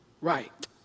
right